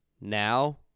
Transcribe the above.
Now